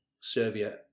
Serbia